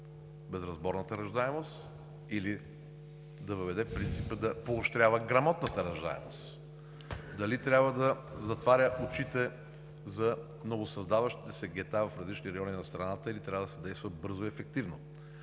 безразборната раждаемост, или да въведе принципа да поощрява грамотната раждаемост? Дали трябва да си затваря очите за новосъздаващите се гета в различни райони на страната, или трябва да се действа бързо и ефективно?